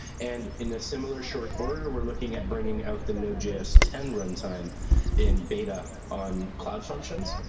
and in a similar short order, we're looking at bringing out the node js ten runtime in beta on cloud functions.